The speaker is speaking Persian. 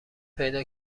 پیدا